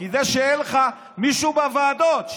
כדי שיהיה לך מישהו בוועדות,